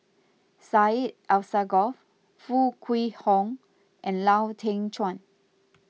Syed Alsagoff Foo Kwee Horng and Lau Teng Chuan